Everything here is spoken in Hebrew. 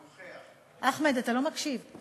אחמד, אתה לא מקשיב.